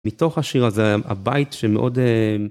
מתוך השיר הזה, הבית שמאוד...